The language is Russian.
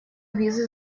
визы